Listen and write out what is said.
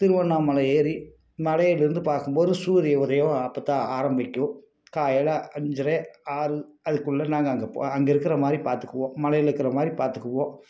திருவண்ணாமலை ஏறி மலையிலேருந்து பார்க்கும் போது சூரிய உதயம் அப்போ தான் ஆரம்பிக்கும் காலையில் அஞ்சரை ஆறு அதுக்குள்ளே நாங்கள் அங்கே அங்கே இருக்கிற மாதிரி பார்த்துக்குவோம் மலையில் இருக்கிற மாதிரி பார்த்துக்குவோம்